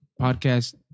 podcast